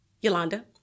Yolanda